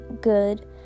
good